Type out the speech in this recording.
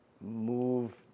move